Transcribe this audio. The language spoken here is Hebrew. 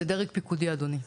זה דרך פיקודי אדוני,